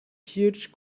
huge